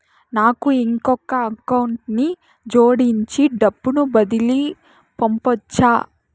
నాకు ఇంకొక అకౌంట్ ని జోడించి డబ్బును బదిలీ పంపొచ్చా?